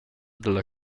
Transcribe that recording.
dalla